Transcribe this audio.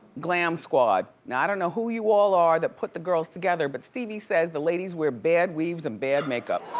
glam squad. now i don't know who you all are that put the girls together but stevie says the ladies wear bad weaves and bad makeup.